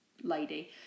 lady